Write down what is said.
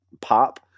pop